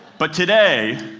but today,